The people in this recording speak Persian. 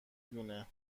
دونه